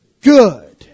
good